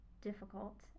difficult